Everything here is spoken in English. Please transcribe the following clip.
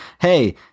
hey